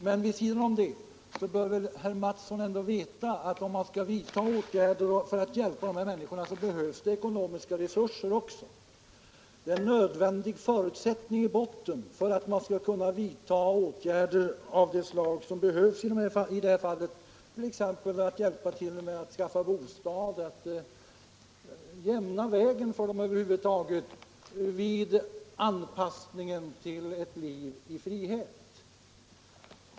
Men samtidigt bör också herr Mathsson förstå att om man skall vidta några speciella åtgärder för att hjälpa de här människorna behövs ekonomiska resurser. Det är en nödvändig förutsättning för att man skall kunna vidta åtgärder av det slag som behövs i de här fallen: hjälpa till att skaffa bostad, jämna vägen för dem över huvud taget vid anpassningen till ett liv i frihet.